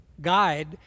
guide